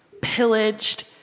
pillaged